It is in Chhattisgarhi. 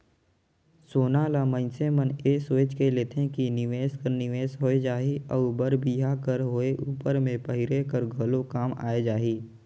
सोना ल मइनसे मन ए सोंएच के लेथे कि निवेस कर निवेस होए जाही अउ बर बिहा कर होए उपर में पहिरे कर घलो काम आए जाही